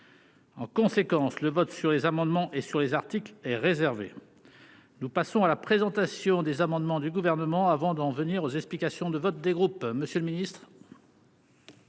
En conséquence, le vote sur les amendements et sur les articles est réservée, nous passons à la présentation des amendements du gouvernement, avant d'en venir aux explications de vote des groupes